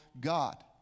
God